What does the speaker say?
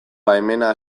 baimena